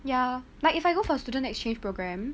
ya like if I go for student exchange programme